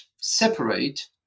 separate